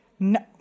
No